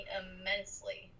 immensely